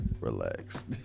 Relaxed